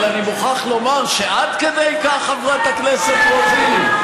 אבל אני מוכרח לומר, עד כדי כך, חברת הכנסת רוזין?